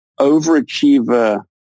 overachiever